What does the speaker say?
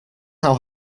how